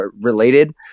related